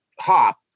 hop